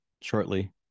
shortly